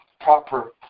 proper